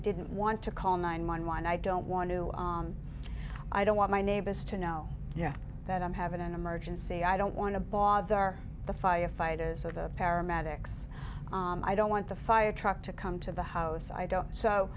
didn't want to call nine one one i don't want to i don't want my neighbors to know that i'm having an emergency i don't want to bother the firefighters of the paramedics i don't want the fire truck to come to the house i don't so